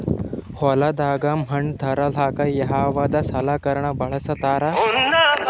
ಹೊಲದಾಗ ಮಣ್ ತರಲಾಕ ಯಾವದ ಸಲಕರಣ ಬಳಸತಾರ?